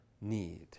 need